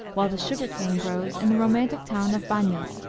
while the sugar-cane grows in the romantic town of banos,